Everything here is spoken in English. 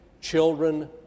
children